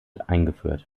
eingeführt